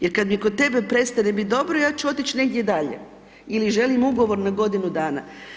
Jer kad mi kod tebe prestane biti dobro, ja ću otići negdje dalje ili želim ugovor na godinu dana.